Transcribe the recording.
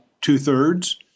two-thirds